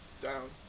Down